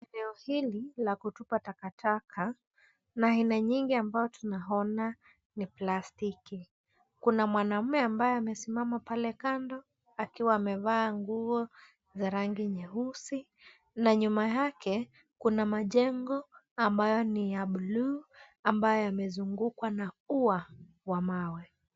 Eneo hili ni la kutupa takataka na aina nyingi ambayo tunaona ni plastiki. Kuna mwanamume ambaye amesimama pale kando akiwa amevaa nguo za rangi nyeusi na nyuma yake kuna majengo ambayo ni ya buluu ambayo yamezungukwa na ua wa mawe.